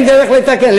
אין דרך לתקן.